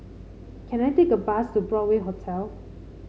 can I take a bus to Broadway Hotel